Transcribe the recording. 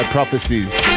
Prophecies